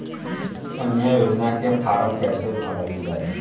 कन्या योजना के फारम् कैसे भरल जाई?